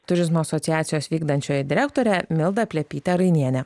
turizmo asociacijos vykdančioji direktorė milda plepytė rainienė